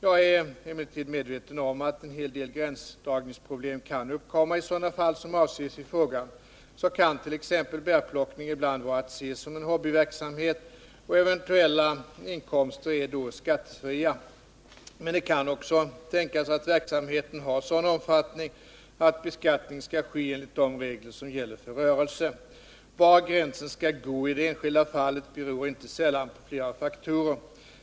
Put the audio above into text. Jag är emellertid medveten om att en hel del gränsdragningsproblem kan uppkomma i sådana fall som avses i frågan. Så kan t.ex. bärplockning ibland vara att se som en hobbyverksamhet, och eventuella inkomster är då skattefria. Men det kan också tänkas att verksamheten har sådan omfattning att beskattning skall ske enligt de regler som gäller för rörelse. Var gränsen skall gå i det enskilda fallet beror inte sällan på flera faktorer.